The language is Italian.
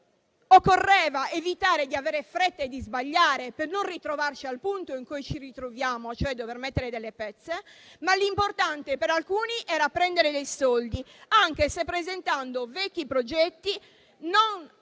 Occorreva evitare di avere fretta e di sbagliare per non ritrovarci al punto in cui ci ritroviamo, cioè dover mettere delle pezze. L'importante per alcuni, però, era prendere dei soldi, anche se questo avveniva presentando